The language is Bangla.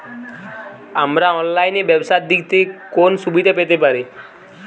আমরা অনলাইনে ব্যবসার দিক থেকে কোন সুবিধা পেতে পারি?